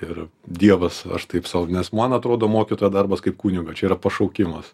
ir dievas aš taip sau man atrodo mokytojo darbas kaip kunigo čia yra pašaukimas